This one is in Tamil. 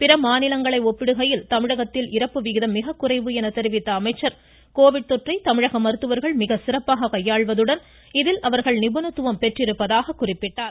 பிற மாநிலங்களை ஒப்பிடுகையில் தமிழகத்தில் இறப்பு விகிதம் மிகக்குறைவு என்று தெரிவித்த அவர் கோவிட் தொற்றை தமிழக மருத்துவர்கள் மிக சிறப்பாக கையாள்வதுடன் இதில் அவர்கள் நிபுணத்துவம் பெற்றிருப்பதாகவும் குறிப்பிட்டார்